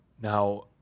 Now